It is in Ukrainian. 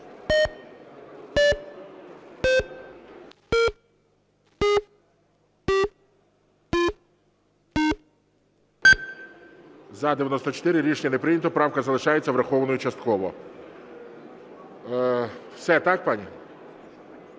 За-94 Рішення не прийнято. Правка залишається врахованою частково. Все, так, пані?